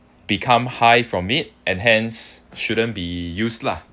become high from it and hence shouldn't be use lah